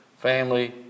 family